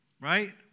right